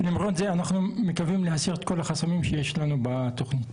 אנחנו מקווים להסיר את כל החסמים שיש לנו בתוכנית.